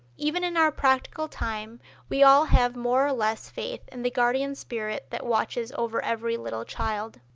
even in our practical time we all have more or less faith in the guardian spirit that watches over every little child.